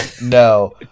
No